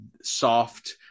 soft